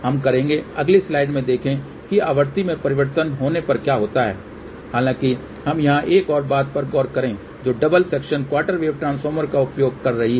हम करेंगे अगली स्लाइड में देखें कि आवृत्ति में परिवर्तन होने पर क्या होता है हालाँकि हम यहाँ एक और बात पर गौर करें जो double section quarter wave transformer का उपयोग कर रही है